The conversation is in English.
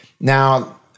now